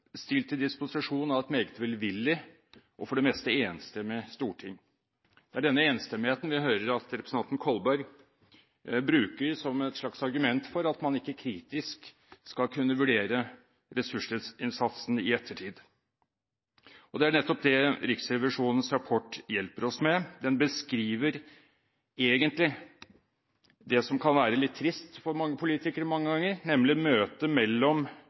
stilt til disposisjon av et meget velvillig og for det meste enstemmig storting. Det er denne enstemmigheten vi hører at representanten Kolberg bruker som et slags argument for at man ikke skal kunne vurdere ressursinnsatsen kritisk i ettertid. Og det er nettopp det Riksrevisjonens rapport hjelper oss med. Den beskriver egentlig det som kan være litt trist for mange politikere mange ganger, nemlig møtet mellom